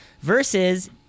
versus